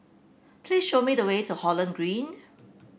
please show me the way to Holland Green